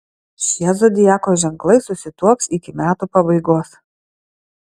šie zodiako ženklai susituoks iki metų pabaigos